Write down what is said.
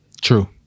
True